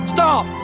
Stop